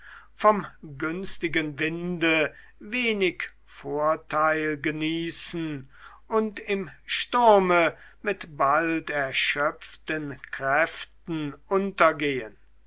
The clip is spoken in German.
vom günstigen winde wenig vorteil genießen und im sturme mit bald erschöpften kräften untergehen